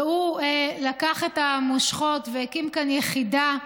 והוא לקח את המושכות והקים כאן יחידה.